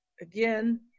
again